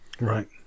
Right